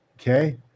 Okay